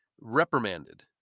reprimanded